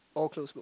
all closed book